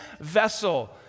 vessel